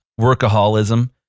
workaholism